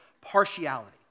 partiality